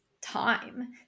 time